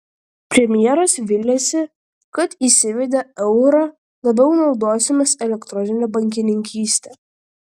premjeras viliasi kad įsivedę eurą labiau naudosimės elektronine bankininkyste